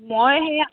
মই সেয়া